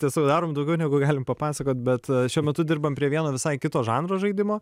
tiesiog darom daugiau negu galim papasakot bet šiuo metu dirbam prie vieno visai kito žanro žaidimo